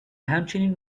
همچنین